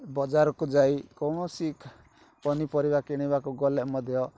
ବଜାରକୁ ଯାଇ କୌଣସି ପନିପରିବା କିଣିବାକୁ ଗଲେ ମଧ୍ୟ